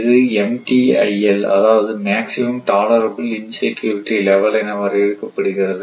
இது MTIL அதாவது maximum டாலர்பில் இன் செக்யூரிட்டி லெவல் என வரையறுக்கப்படுகிறது